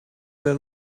their